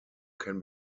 can